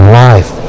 life